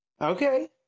Okay